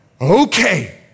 okay